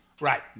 right